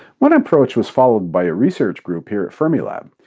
one approach was followed by a research group here at fermilab.